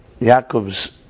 Yaakov's